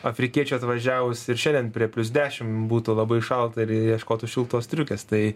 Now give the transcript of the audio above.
afrikiečiui atvažiavus ir šiandien prie plius dešim būtų labai šalta ir ieškotų šiltos striukės tai